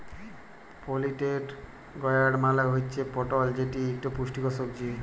পলিটেড গয়ার্ড মালে হুচ্যে পটল যেটি ইকটি পুষ্টিকর সবজি